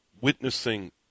witnessing